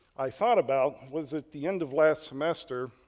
i thought about was at the end of last semester,